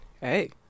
Hey